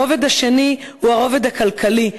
הרובד השני הוא הרובד הכלכלי,